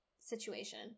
situation